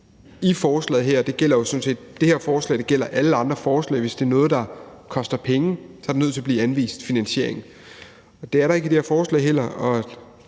i forslaget her – og det gælder jo sådan set alle andre forslag – er noget, der koster penge, er der nødt til at blive anvist finansiering. Det er der ikke i det her forslag, og